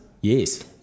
yes